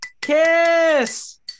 Kiss